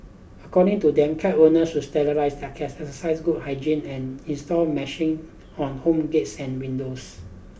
according to them cat owners should sterilise their cats exercise good hygiene and install meshing on home gates and windows